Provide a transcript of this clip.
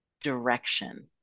direction